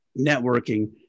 Networking